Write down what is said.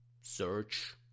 search